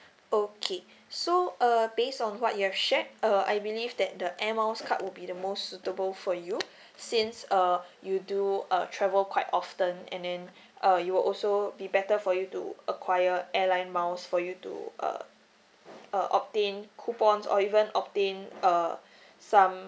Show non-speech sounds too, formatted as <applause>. okay so uh based on what you've shared uh I believe that the air miles card would be the most suitable for you <breath> since uh you do err travel quite often and then <breath> uh you will also be better for you to acquire airline miles for you to uh uh obtain coupons or even obtain uh <breath> some